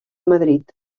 madrid